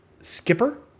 skipper